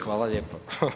Hvala lijepo.